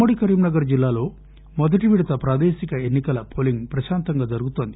ఉమ్మడి కరీంనగర్ జిల్లాలో మొదటివిడత ప్రాదేశిక ఎన్ని కల పోలింగ్ ప్రశాంతంగా జరుగుతోంది